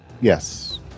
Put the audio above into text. Yes